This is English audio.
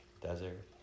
desert